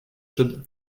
should